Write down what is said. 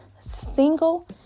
Single